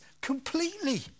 completely